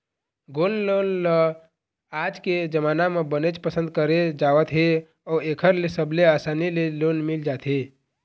gold loan ल आज के जमाना म बनेच पसंद करे जावत हे अउ एखर ले सबले असानी ले लोन मिल जाथे